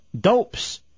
dopes